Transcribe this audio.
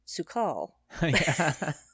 Sukal